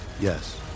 Yes